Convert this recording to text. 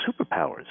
superpowers